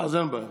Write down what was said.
אין בעיה.